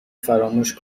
فراموش